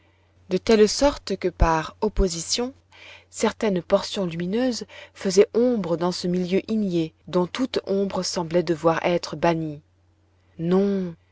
de telle sorte que par opposition certaines portions lumineuses faisaient ombre dans ce milieu igné dont toute ombre semblait devoir être bannie non